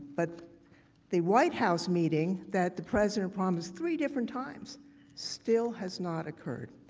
but the white house meeting that the president promised three different times still has not occurred.